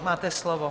Máte slovo.